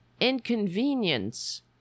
inconvenience